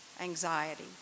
anxiety